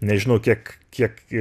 nežinau kiek kiek